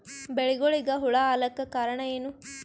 ಬೆಳಿಗೊಳಿಗ ಹುಳ ಆಲಕ್ಕ ಕಾರಣಯೇನು?